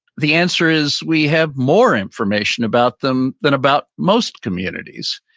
the answer is we have more information about them than about most communities.